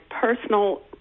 personal